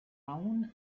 aún